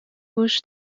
گوش